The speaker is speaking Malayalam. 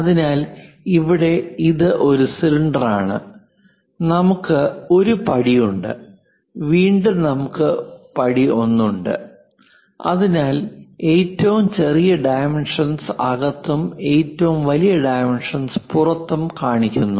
അതിനാൽ ഇവിടെ ഇത് ഒരു സിലിണ്ടറാണ് നമുക്ക് 1 പടി ഉണ്ട് വീണ്ടും നമുക്ക് പടി 1 ഉണ്ട് അതിനാൽ ഏറ്റവും ചെറിയ ഡൈമെൻഷൻസ് അകത്തും ഏറ്റവും വലിയ ഡൈമെൻഷൻസ് പുറത്തും കാണിക്കുന്നു